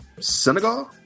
Senegal